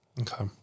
Okay